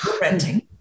renting